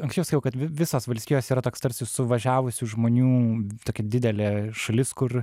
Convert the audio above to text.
anksčiau sakiau kad visos valstijos yra toks tarsi suvažiavusių žmonių tokia didelė šalis kur